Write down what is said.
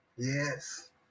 Yes